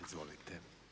Izvolite.